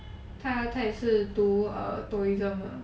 他他也是读 err tourism 的